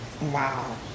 Wow